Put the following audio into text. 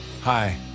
Hi